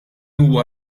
huwa